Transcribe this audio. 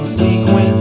sequence